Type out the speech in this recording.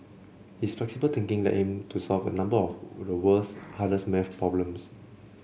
his flexible thinking led him to solve a number of the world's hardest maths problems